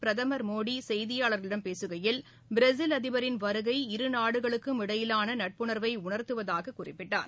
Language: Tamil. பிரதமர் மோடி செய்தியாளர்களிடம் பேசுகையில் பிரேசில் அதிபரின் வருகை இருநாடுகளுக்கும் இடையிலான நட்புணர்வை உணர்த்துவதாகக் குறிப்பிட்டார்